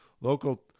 local